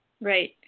Right